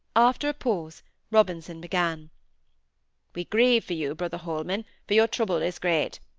after a pause robinson began we grieve for you, brother holman, for your trouble is great.